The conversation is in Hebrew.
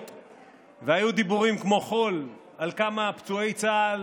והיו דיבורים כמו חול על כמה פצועי צה"ל